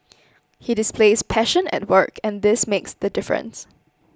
he displays passion at work and this makes the difference